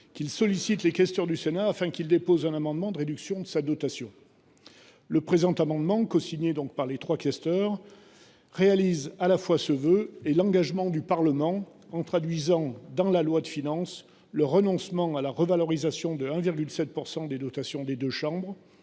qu’il sollicite les questeurs du Sénat afin que ceux ci déposent un amendement de réduction de sa dotation. Le présent amendement, cosigné par les trois questeurs, exauce ce vœu et confirme l’engagement du Parlement en traduisant, dans le PLF, le renoncement à la revalorisation de 1,7 % des dotations des deux chambres